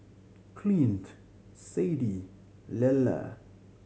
Clint Sadie Lella